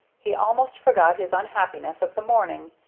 he almost forgot his unhappiness of the morning,